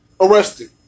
arrested